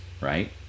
right